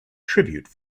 tribute